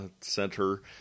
Center